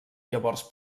llavors